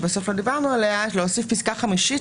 שלא דיברנו עליה: להוסיף פסקה חמישית